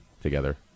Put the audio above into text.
together